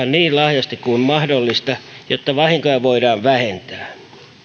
niin laajasti kuin mahdollista jotta vahinkoja voidaan vähentää